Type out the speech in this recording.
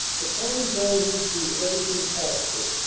the kind beiges do everything possible,